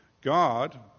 God